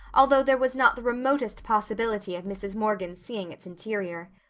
although there was not the remotest possibility of mrs. morgan's seeing its interior.